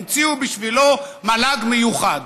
המציאו בשבילו מל"ג מיוחד,